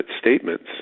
statements